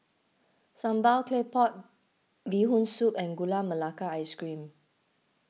Sambal Claypot Bee Hoon Soup and Gula Melaka Ice Cream